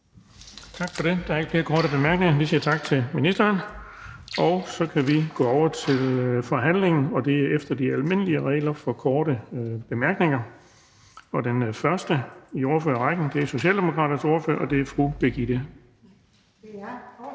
Tak for det. Der er ikke flere korte bemærkninger. Vi siger tak til ministeren. Så kan vi gå over til forhandlingen, og det er efter de almindelige regler for korte bemærkninger, og den første er ordføreren for forespørgerne, fru Liselott Blixt. Værsgo. Kl.